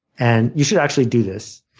and you should actually do this.